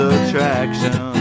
attraction